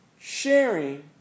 sharing